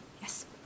Yes